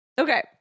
Okay